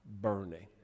burning